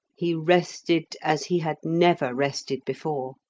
he rested as he had never rested before.